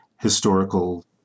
historical